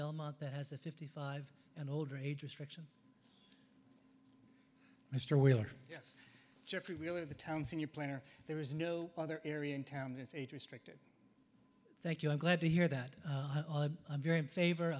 belmont that has a fifty five and older age restriction mr wheeler yes geoffrey wheeler the towns in your planner there is no other area in town its age restricted thank you i'm glad to hear that i'm very in favor